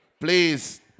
please